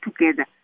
together